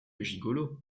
gigolo